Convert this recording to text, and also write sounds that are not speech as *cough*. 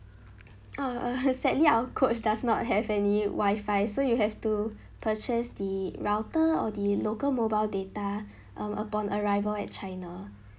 err sadly our coach does not have any wifi so you have to purchase the router or the local mobile data *breath* um upon arrival at china